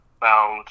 found